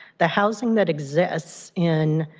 the housing that exists in